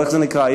או איך זה נקרא?